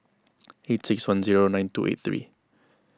eight six one zero nine two eight three